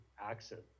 accent